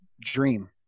Dream